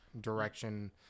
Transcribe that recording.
direction